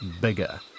bigger